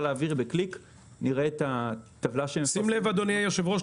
שים לב אדוני היושב-ראש,